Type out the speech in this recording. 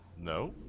No